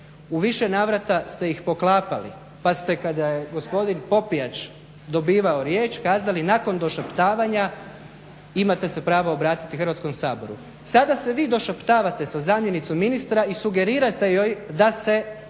u više navrata ste ih poklapali, pa ste kada je gospodin Popijač dobivao riječ kazali nakon došaptavanja imate se pravo obratiti Hrvatskom saboru. Sada se vi došaptavate sa zamjenicom ministra i sugerirate joj da se